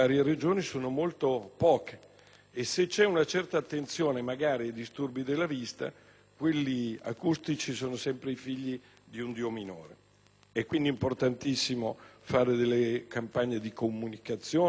presta una certa attenzione ai disturbi della vista, quelli acustici si considerano sempre «figli di un Dio minore». È quindi importantissimo fare campagne di comunicazione, di sensibilizzazione